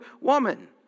woman